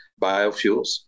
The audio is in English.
Biofuels